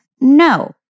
no